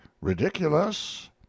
ridiculous